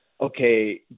okay